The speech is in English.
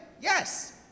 Yes